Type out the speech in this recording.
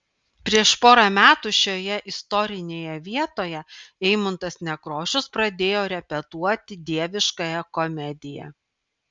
prieš porą metų šioje istorinėje vietoje eimuntas nekrošius pradėjo repetuoti dieviškąją komediją